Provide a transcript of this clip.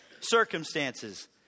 circumstances